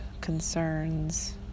concerns